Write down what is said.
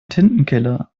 tintenkiller